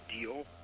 deal